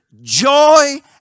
joy